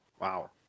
Wow